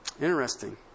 Interesting